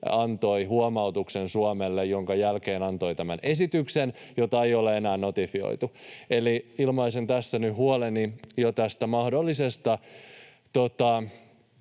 antoi huomautuksen Suomelle, minkä jälkeen annettiin tämä esitys, jota ei ole enää notifioitu. Eli ilmaisen tässä nyt huoleni jo tästä mahdollisesta